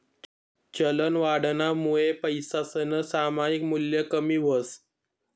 चलनवाढनामुये पैसासनं सामायिक मूल्य कमी व्हस